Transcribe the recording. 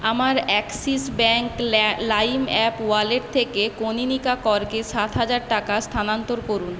আমার Axis bank ল্যা lime app wallet থেকে কনীনিকা করকে সাত হাজার টাকা স্থানান্তর করুন